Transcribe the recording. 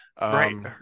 right